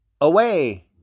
away